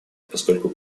поскольку